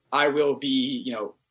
i will be, you know,